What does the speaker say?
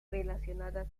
relacionadas